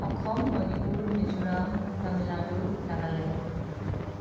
Assam Manipur Mizoram Tamil Nadu Nagaland